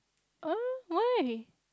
uh why